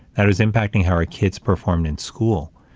that was impacting how our kids performed in school,